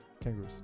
Kangaroos